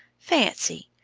fancy!